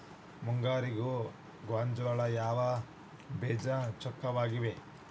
ಮುಂಗಾರಿಗೆ ಗೋಂಜಾಳ ಯಾವ ಬೇಜ ಚೊಕ್ಕವಾಗಿವೆ?